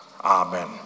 amen